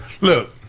Look